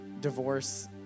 divorce